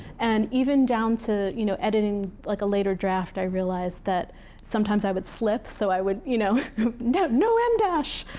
and even down to you know editing like a later draft, i realized that sometimes, i would slip, so i would you know no no em dash!